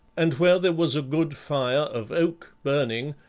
and where there was a good fire of oak burning,